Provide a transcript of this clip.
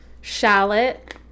shallot